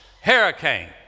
hurricane